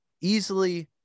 easily